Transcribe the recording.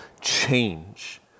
change